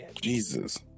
Jesus